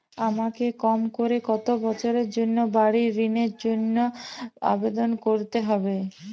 আমাকে কম করে কতো বছরের জন্য বাড়ীর ঋণের জন্য আবেদন করতে হবে?